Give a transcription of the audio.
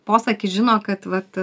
posakį žino kad vat